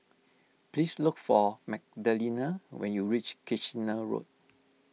please look for Magdalena when you reach Kitchener Road